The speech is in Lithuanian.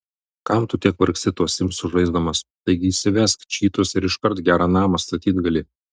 kam tu tiek vargsti tuos simsus žaisdamas taigi įsivesk čytus ir iškart gerą namą statyt gali